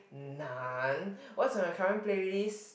none what's on your current playlist